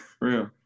real